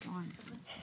תודה רבה.